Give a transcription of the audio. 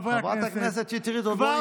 חברת הכנסת שטרית, עוד לא נכנסת.